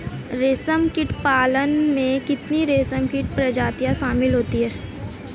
रेशमकीट पालन में कितनी रेशमकीट प्रजातियां शामिल होती हैं?